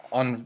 on